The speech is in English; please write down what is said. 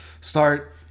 start